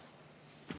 Kõik